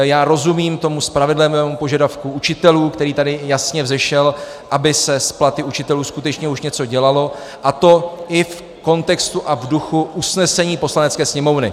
Já rozumím tomu spravedlivému požadavku učitelů, který tady jasně vzešel, aby se s platy učitelů skutečně už něco dělalo, a to i v kontextu a v duchu usnesení Poslanecké sněmovny.